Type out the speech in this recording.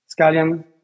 scallion